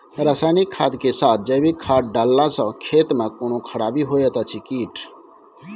रसायनिक खाद के साथ जैविक खाद डालला सॅ खेत मे कोनो खराबी होयत अछि कीट?